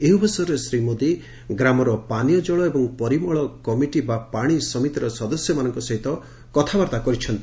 ଏହି ଅବସରରେ ଶ୍ରୀ ମୋଦି ଗ୍ରାମର ପାନୀୟ ଜଳ ଏବଂ ପରିମଳ କମିଟି ବା ପାଣି ସମିତିର ସଦସ୍ୟମାନଙ୍କ ସହିତ କଥାବାର୍ତ୍ତା କରିଛନ୍ତି